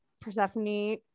Persephone